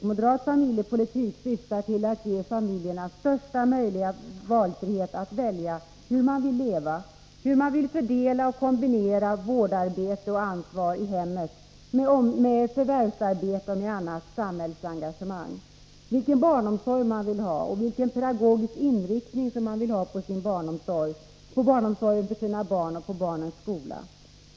Moderat familjepolitik syftar till att ge familjerna största möjliga valfrihet i fråga om hur man vill leva, hur man vill fördela och kombinera vårdarbete och ansvar i hemmet med förvärvsarbete och annat samhällsengagemang, vilken barnomsorg man vill ha och vilken pedagogisk inriktning man vill ha på barnomsorgen för sina barn och på barnens skola.